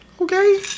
Okay